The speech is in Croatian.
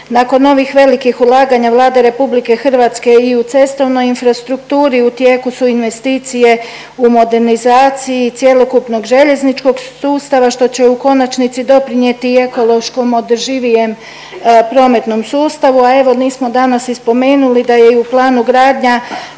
Nakon ovih velikih ulaganja Vlada RH i u cestovnoj infrastrukturi i u tijeku su investicije u modernizaciji cjelokupnog željezničkog sustava što će u konačnici doprinijeti ekološkom održivijem prometnom sustavu. A evo nismo danas i spomenuli da je u planu gradnja